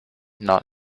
not